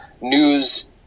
news